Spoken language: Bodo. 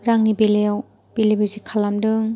रांनि बेलायाव बेले बेजे खालामदों